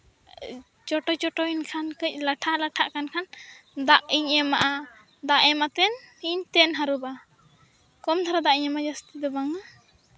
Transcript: ᱪᱳᱴᱳ ᱮᱱᱠᱷᱟᱱ ᱠᱟᱹᱡ ᱞᱟᱴᱷᱟ ᱞᱟᱴᱷᱟᱜ ᱠᱟᱱ ᱠᱷᱟᱱ ᱫᱟᱜ ᱤᱧ ᱮᱢᱟᱜᱼᱟ ᱫᱟᱜ ᱮᱢ ᱟᱛᱮᱱ ᱤᱧ ᱛᱮᱱ ᱦᱟᱹᱨᱩᱵᱟ ᱠᱚᱢ ᱫᱷᱟᱨᱟ ᱫᱟᱜ ᱤᱧ ᱮᱢᱟ ᱡᱟᱹᱥᱛᱤ ᱫᱚ ᱵᱟᱝᱟ